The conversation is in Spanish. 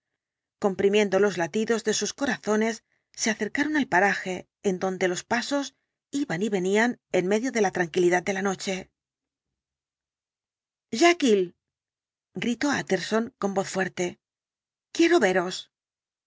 comprimiendo los latidos de sus corazones se acercaron al paraje en donde los pasos iban y venían en medio de la tranquilidad de la noche jekyll gritó utterson con voz fuerte quiero veros